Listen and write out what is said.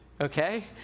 Okay